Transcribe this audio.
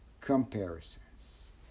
comparisons